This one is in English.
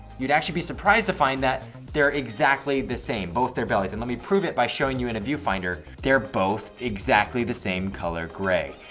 you'd actually be surprised to find that they're exactly the same, both their bellies. and let me prove it by showing you in a viewfinder, they're both exactly the same color gray.